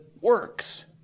works